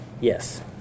Yes